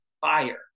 fire